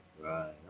right